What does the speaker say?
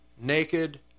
naked